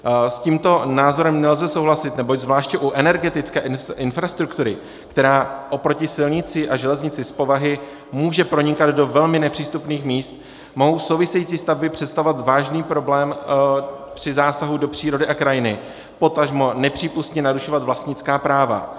S tímto názorem nelze souhlasit, neboť zvláště u energetické infrastruktury, která oproti silnici a železnici z povahy může pronikat do velmi nepřístupných míst, mohou související stavby představovat vážný problém při zásahu do přírody a krajiny, potažmo nepřípustně narušovat vlastnická práva.